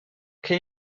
can